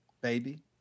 baby